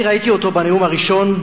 אני ראיתי אותו בנאום הראשון,